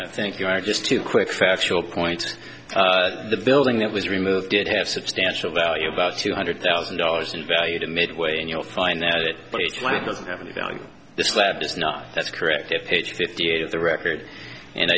i think you are just to quick factual points the building that was removed did have substantial value about two hundred thousand dollars in value to midway and you'll find that it doesn't have any value the slab is not that's correct if page fifty eight of the record and